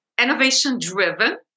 innovation-driven